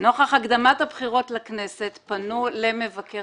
נוכח הקדמת הבחירות לכנסת פנו למבקר